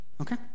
okay